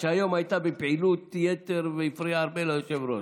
שהיום הייתה בפעילות יתר והפריעה הרבה ליושב-ראש.